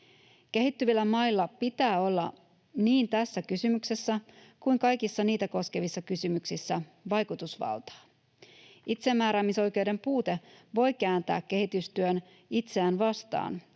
Kehittyvillä mailla pitää olla niin tässä kysymyksessä kuin kaikissa niitä koskevissa kysymyksissä vaikutusvaltaa. Itsemääräämisoikeuden puute voi kääntää kehitystyön itseään vastaan,